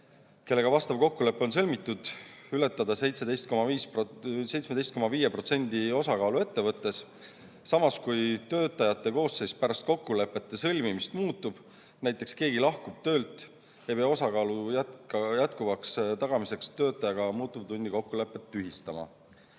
kellega vastav kokkulepe on sõlmitud, ületada 17,5% osakaalu ettevõttes. Samas, kui töötajate koosseis pärast kokkulepete sõlmimist muutub, näiteks keegi lahkub töölt, ei pea osakaalu jätkuvaks tagamiseks töötajaga muutuvtunni kokkulepet tühistama.